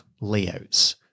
layouts